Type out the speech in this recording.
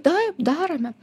taip darome